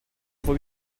voit